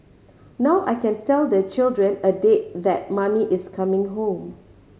now I can tell the children a date that mummy is coming home